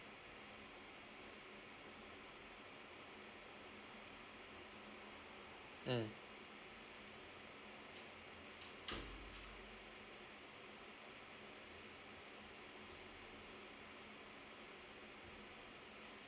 mm